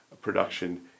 production